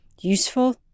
useful